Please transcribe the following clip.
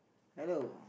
hello